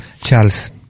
Charles